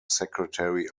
secretary